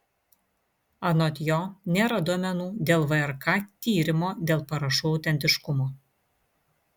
anot jo nėra duomenų dėl vrk tyrimo dėl parašų autentiškumo